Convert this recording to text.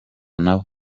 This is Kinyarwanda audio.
nabo